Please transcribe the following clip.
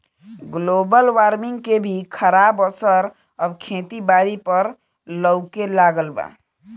global warming के भी खराब असर अब खेती बारी पर लऊके लगल बा